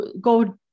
go